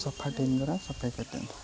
ସଫା ଟିମ୍ ଦ୍ୱାରା ସଫେଇ କରିଦିଅନ୍ତୁ